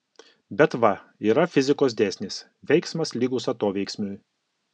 bet va yra fizikos dėsnis veiksmas lygus atoveiksmiui